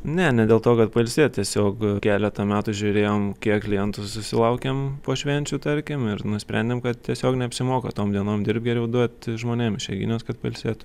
ne ne dėl to kad pailsėt tiesiog keletą metų žiūrėjom kiek klientų susilaukiam po švenčių tarkim ir nusprendėm kad tiesiog neapsimoka tom dienom dirbt geriau duot žmonėm išeigines kad pailsėtų